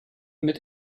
mit